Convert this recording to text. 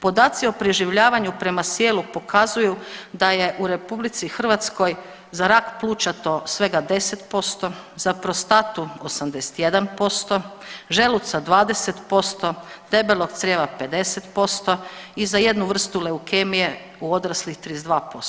Podaci o preživljavanju prema sijelu pokazuju da je u RH za rak pluća to svega 10%, za prostatu 81%, želuca 20%, debelog crijeva 50% i za jednu vrstu leukemije 32%